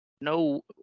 no